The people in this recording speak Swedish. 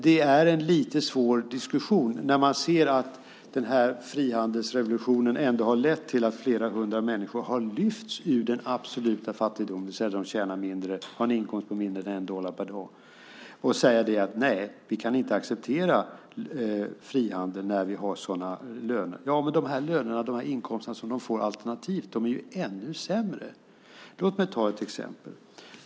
Det är en lite svår diskussion när man ser att frihandelsrevolutionen har lett till att flera hundra miljoner människor har lyfts ur den absoluta fattigdomen, det vill säga att de har en inkomst på mindre än 1 dollar per dag. Vi kan sedan säga att vi inte kan acceptera frihandel med sådana löner, men de löner och inkomster de kan få alternativt är ännu sämre. Låt mig ge ett exempel.